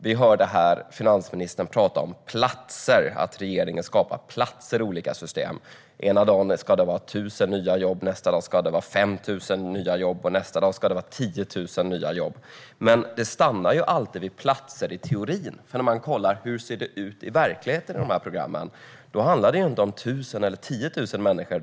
Vi hörde finansministern prata om att regeringen skapar platser i olika system. Ena dagen ska det vara 1 000 nya jobb, och nästa ska det vara 5 000 eller 10 000 nya jobb. Men det stannar alltid vid platser i teorin, för när man kollar på hur det ser ut i verkligheten i programmen handlar det inte om 1 000 eller 10 000 människor.